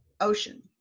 ocean